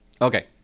Okay